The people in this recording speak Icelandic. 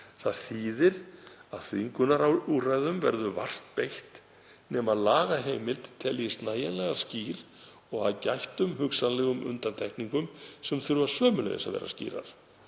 Það þýðir að þvingunarúrræðum verður vart beitt nema lagaheimild teljist nægjanlega skýr og að gættum hugsanlegum undantekningum sem þurfa sömuleiðis að vera skýrar.